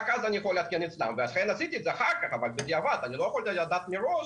אכן אחר כך עשיתי את זה אבל בדיעבד לא יכולתי לדעת מראש